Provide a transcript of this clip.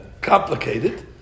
Complicated